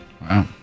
Wow